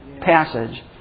passage